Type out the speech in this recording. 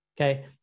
okay